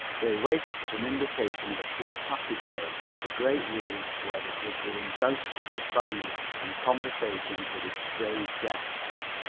they waited for some indication of a clear passageway to the great room where the judge would undoubtedly be found in conversation with his strange guest,